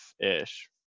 ish